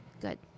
Good